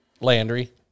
Landry